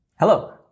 Hello